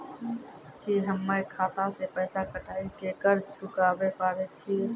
की हम्मय खाता से पैसा कटाई के कर्ज चुकाबै पारे छियै?